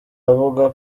avuga